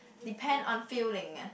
depend on feeling ah